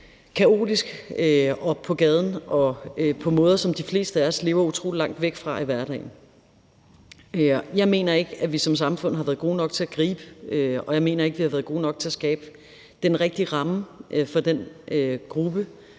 kaotisk og på gaden og på måder, som de fleste af os lever utrolig langt væk fra i hverdagen. Jeg mener ikke, at vi som samfund har været gode nok til at gribe, og jeg mener ikke, at vi har været gode nok til at skabe den rigtige ramme for den gruppe